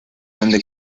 donde